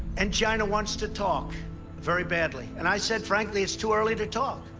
and china wants to talk very badly. and i said, frankly, it's too early to talk.